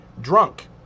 drunk